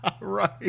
Right